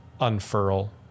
unfurl